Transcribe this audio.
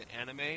anime